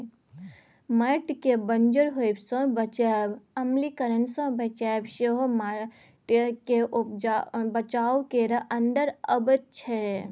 माटिकेँ बंजर होएब सँ बचाएब, अम्लीकरण सँ बचाएब सेहो माटिक बचाउ केर अंदर अबैत छै